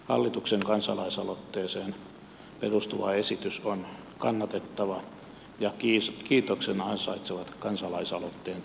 hallituksen kansalaisaloitteeseen perustuva esitys on kannatettava ja kiitoksen ansaitsevat kansalaisaloitteen tekijät